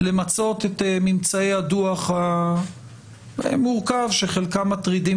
למצות את ממצאי הדוח המורכב שחלקם מטרידים